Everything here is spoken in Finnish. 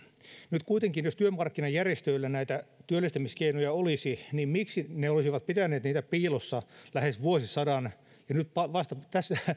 kuitenkin jos työmarkkinajärjestöillä näitä työllistämiskeinoja olisi niin miksi ne olisivat pitäneet niitä piilossa lähes vuosisadan ja nyt vasta